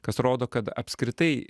kas rodo kad apskritai